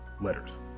letters